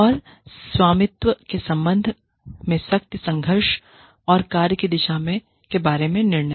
और स्वामित्व के संबंध में शक्ति संघर्ष और कार्य की दिशा के बारे में निर्णय